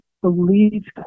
believe